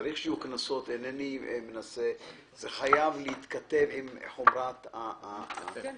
צריך שיהיו קנסות חייב להתכתב עם חומרת העבירה.